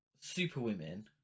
superwomen